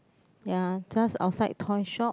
ya just outside toy shop